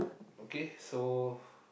okay so